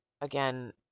again